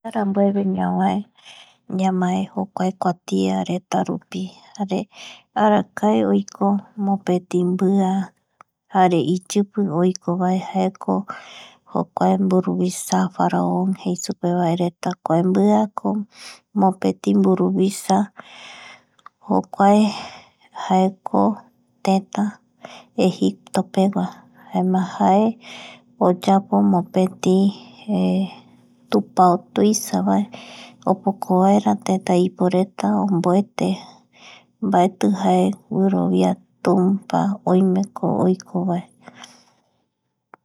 Oiko ndaye mokoi tairusureta mopeti tetape jaema karuñavo ndaye opa ojo reta jou café jokuae maemeerendape jaema jokope guiramuiño opoko oyokuareta oñomomiarireta jaema mbaetiye iñakañi oyoiguireta jururai ndaye oyokua kua tairuji reta jaema ojo omendareta mati ojo oioreta kaambitekoti jaema jokpe oyeporeta mopeti princi´pera